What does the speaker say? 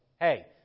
Hey